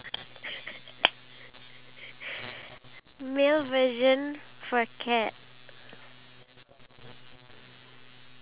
yes yes yes yes yes okay let's together let's continue with the picture we have um two guys